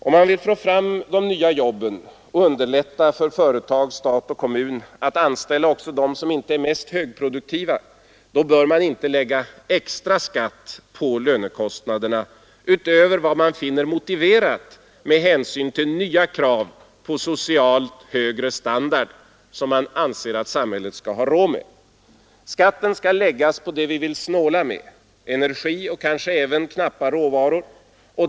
Om man vill få fram de nya jobben och underlätta för företag, stat och kommun att anställa också dem som inte är mest högproduktiva bör man inte lägga extra skatt på lönekostnaderna utöver vad man finner motiverat med hänsyn till nya krav på social högre standard, som man anser att samhället skall ha råd med. Skatten skall läggas på det vi vill snåla med — energi och kanske även knappa råvaror.